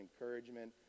encouragement